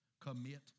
commit